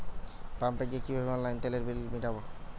পাম্পে গিয়ে কিভাবে অনলাইনে তেলের বিল মিটাব?